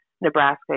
nebraska